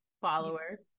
follower